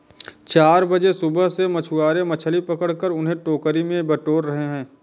चार बजे सुबह से मछुआरे मछली पकड़कर उन्हें टोकरी में बटोर रहे हैं